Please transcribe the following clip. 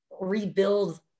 rebuild